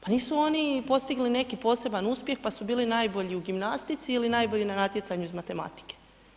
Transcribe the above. Pa nisu oni postigli neki poseban uspjeh pa su bili najbolju u gimnastici ili najbolji na natjecanju iz matematike.